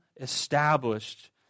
established